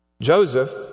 Joseph